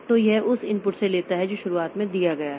तो यह उस इनपुट से लेता है जो शुरुआत में दिया गया है